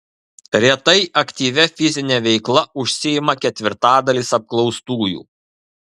retai aktyvia fizine veikla užsiima ketvirtadalis apklaustųjų